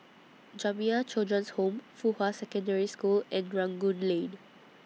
Jamiyah Children's Home Fuhua Secondary School and Rangoon Lane